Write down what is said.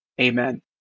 amen